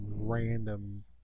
random